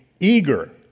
eager